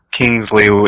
Kingsley